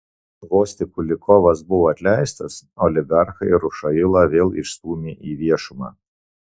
vos tik kulikovas buvo atleistas oligarchai rušailą vėl išstūmė į viešumą